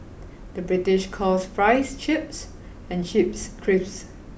the British calls fries chips and chips crisps